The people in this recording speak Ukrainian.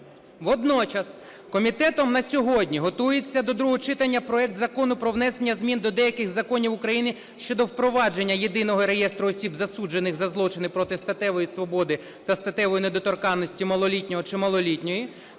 Водночас комітетом на сьогодні готується до другого читання проект Закону про внесення змін до деяких законів України щодо впровадження Єдиного реєстру осіб, засуджених за злочини проти статевої свободи та статевої недоторканності малолітнього чи малолітньої,